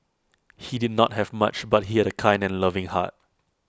he did not have much but he had A kind and loving heart